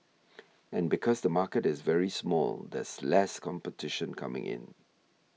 and because the market is very small there's less competition coming in